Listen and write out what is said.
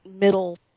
middle